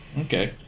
Okay